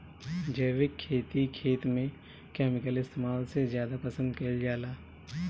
जैविक खेती खेत में केमिकल इस्तेमाल से ज्यादा पसंद कईल जाला